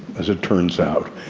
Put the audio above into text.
as it turns out.